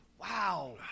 Wow